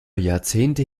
jahrzehnte